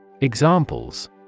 Examples